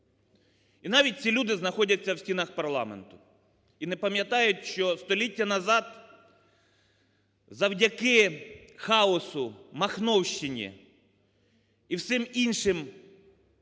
і навіть ці люди знаходяться в стінах парламенту і не пам'ятають, що століття назад завдяки хаосу, махновщині і всім іншим